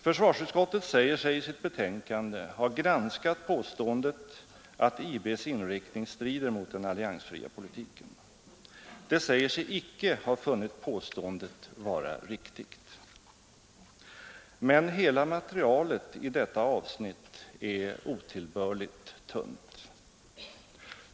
Försvarsutskottet säger sig i sitt betänkande ha granskat påståendet att IB:s inriktning strider mot den alliansfria politiken. Det säger sig icke ha funnit påståendet vara riktigt. Men hela materialet i detta avsnitt är otillbörligt tunt.